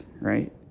right